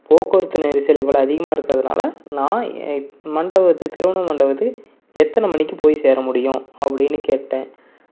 போக்குவரத்து நெரிசல் இவ்வளோ அதிகமாக இருக்கறதுனால் நான் மண்டபத்துக்குத் திருமண மண்டபத்துக்கு எத்தனை மணிக்கு போய் சேரமுடியும் அப்படின்னு கேட்டேன்